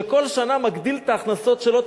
שכל שנה מגדיל את ההכנסות שלו,